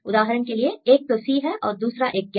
उदाहरण के लिए एक तो C है और दूसरा एक गैप